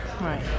Right